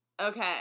Okay